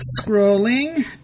Scrolling